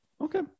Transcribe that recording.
Okay